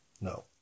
No